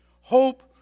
hope